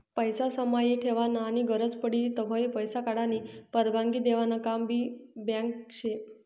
पैसा समाई ठेवानं आनी गरज पडी तव्हय पैसा काढानी परवानगी देवानं काम भी बँक शे